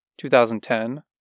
2010